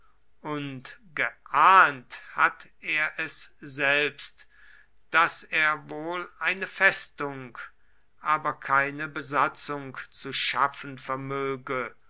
und geahnt hat er es selbst daß er wohl eine festung aber keine besatzung zu schaffen vermöge